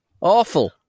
Awful